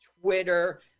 Twitter